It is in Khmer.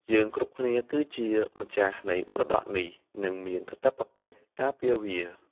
យើងគ្រប់គ្នាគឺជាម្ចាស់នៃមរតកនេះ និងមានកាតព្វកិច្ចការពារវា។